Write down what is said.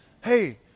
hey